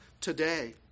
today